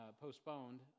postponed